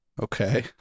Okay